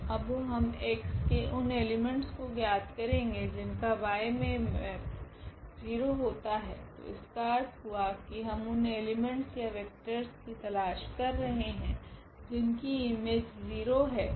अब हम x के उन एलीमेंट्स को ज्ञात करेगे जिनका y मे मैप 0 होता है तो इसका अर्थ हुआ कि हम उन एलीमेंट्स या वेक्टरस xyzt कि तलाश कर रहे है जिनकी इमेज 0 है